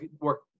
work